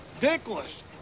Dickless